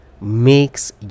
makes